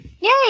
Yay